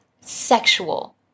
sexual